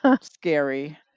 scary